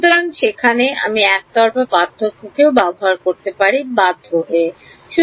সুতরাং সেখানে আমি ওকে একতরফা পার্থক্য ব্যবহার করতে বাধ্য হতে পারি